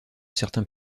certains